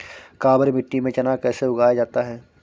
काबर मिट्टी में चना कैसे उगाया जाता है?